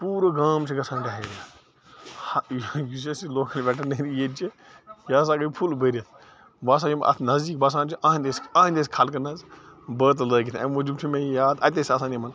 پوٗرٕ گام چھُ گژھان ڈہایریا ہا یُس اسہِ یہِ لوکَل ویٚٹانٔری ییٚتہِ چھِ یہِ ہسا گٔے فُل بھٔرِتھ وۄنۍ ہسا یِم اَتھ نزدیٖک بسان چھِ یہنٛدِ ٲسۍ یہنٛدِ ٲسۍ خلقَن حظ بٲتلہٕ لٲگِتھ اَمہِ موٗجوٗب چھُ مےٚ یہِ یاد اَتہِ ٲسۍ آسان یِمَن